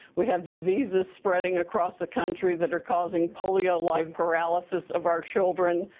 we have diseases spreading across the country that are causing polio-like paralysis of our children.